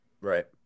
right